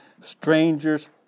strangers